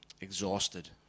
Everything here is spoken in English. Exhausted